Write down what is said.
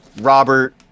Robert